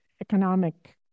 economic